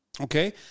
Okay